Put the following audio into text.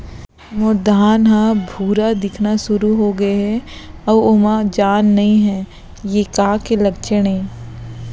मोर धान ह भूरा दिखना शुरू होगे हे अऊ ओमा जान नही हे ये का के लक्षण ये?